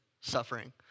suffering